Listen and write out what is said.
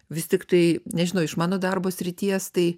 vis tiktai nežinau iš mano darbo srities tai